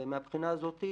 ומהבחינה הזאת,